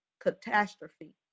catastrophe